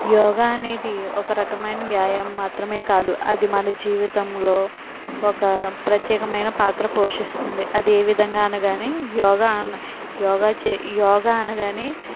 యోగా అనేది ఒక రకమైన వ్యాయామం మాత్రమే కాదు అది మన జీవితంలో ఒక ప్రత్యేకమైన పాత్ర పోషిస్తుంది అదేవిధంగా అనగానే యోగా యోగాచే యోగా అనగానే